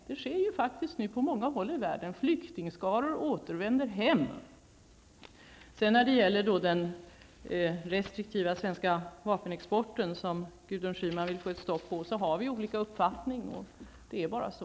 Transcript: Det sker faktiskt på många håll i världen nu att flyktingskaror återvänder hem. När det sedan gäller den restriktiva svenska vapenexporten som Gudrun Schyman vill ha ett stopp för har vi olika uppfattning. Det är bara så.